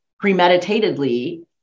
premeditatedly